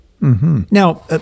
Now